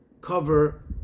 cover